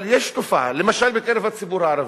אבל יש תופעה, למשל בקרב הציבור הערבי,